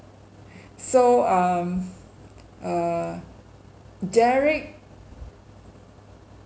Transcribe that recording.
so um uh derrick